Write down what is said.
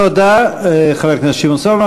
תודה, חבר הכנסת שמעון סולומון.